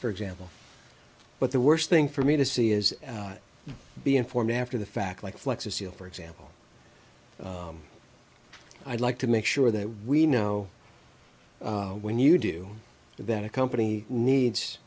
for example but the worst thing for me to see is being formed after the fact like flex of steel for example i'd like to make sure that we know when you do the better company needs